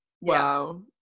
Wow